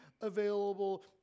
available